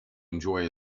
enjoy